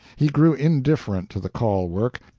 he grew indifferent to the call work,